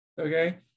Okay